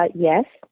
but yes.